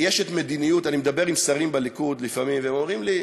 אני מדבר עם שרים בליכוד לפעמים והם, אומרים לי: